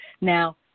Now